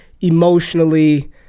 emotionally